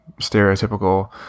stereotypical